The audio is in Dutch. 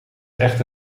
echte